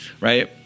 right